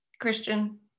Christian